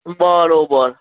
બરાબર